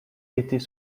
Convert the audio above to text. était